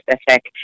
specific